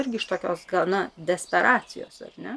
irgi iš tokios gana desperacijos ar ne